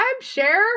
share